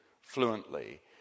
fluently